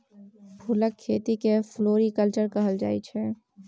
फुलक खेती केँ फ्लोरीकल्चर कहल जाइ छै